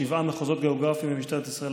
יש שבעה מחוזות גיאוגרפיים במשטרת ישראל,